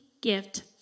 gift